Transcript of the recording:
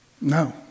No